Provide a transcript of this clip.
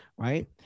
Right